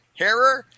Herrer